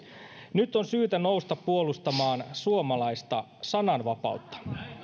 nyt on syytä nousta puolustamaan suomalaista sananvapautta